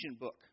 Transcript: book